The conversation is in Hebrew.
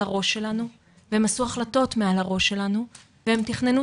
הראש שלנו והם החליטו החלטות מעל הראש שלנו והם תכננו